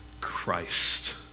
Christ